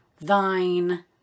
thine